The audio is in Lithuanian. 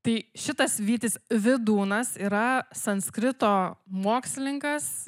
tai šitas vytis vidūnas yra sanskrito mokslininkas